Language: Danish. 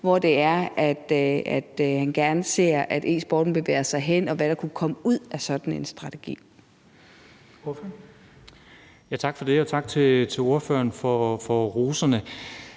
hvor det er, han gerne ser at e-sporten bevæger sig hen, og hvad der kunne komme ud af sådan en strategi.